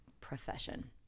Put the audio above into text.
profession